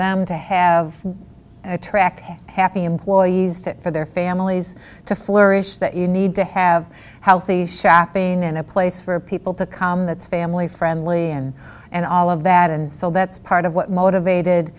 them to have attract happy employees to for their families to flourish that you need to have healthy shopping and a place for people to come that's family friendly and and all of that and so that's part of what motivated